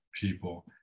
people